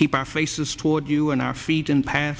keep our faces toward you and our feet in